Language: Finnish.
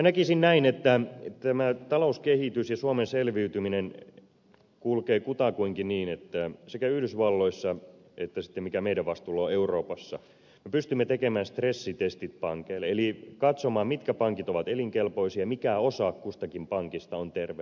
näkisin näin että tämä talouskehitys ja suomen selviytyminen kulkee kutakuinkin niin että sekä yhdysvalloissa että sitten euroopassa mikä meidän vastuullamme on me pystymme tekemään stressitestit pankeille eli katsomaan mitkä pankit ovat elinkelpoisia mikä osa kustakin pankista on terveellä pohjalla